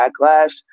backlash